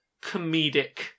comedic